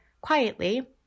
quietly